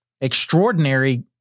extraordinary